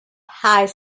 high